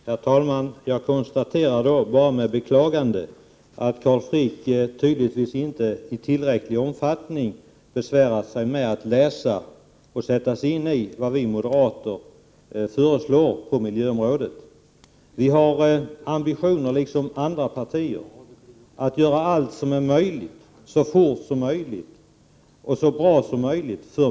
Herr talman! Jag konstaterar då med beklagande att Carl Frick tydligen inte har tillräckligt besvärat sig med att sätta sig in i vad moderaterna föreslår på miljöområdet. Moderata samlingspartiet har beträffande miljön, liksom andra partier, ambitioner att göra allt som är möjligt så fort och så bra som möjligt.